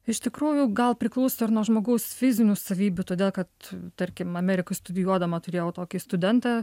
iš tikrųjų gal priklauso ir nuo žmogaus fizinių savybių todėl kad tarkim amerikoj studijuodama turėjau tokį studentą